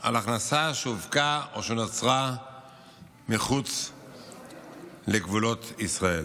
על הכנסה שהופקה או שנוצרה מחוץ לגבולות ישראל.